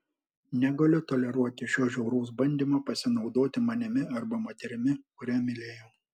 negaliu toleruoti šio žiauraus bandymo pasinaudoti manimi arba moterimi kurią mylėjau